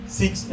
six